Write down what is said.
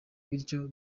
bityo